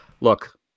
Look